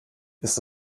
ist